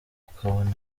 ukabona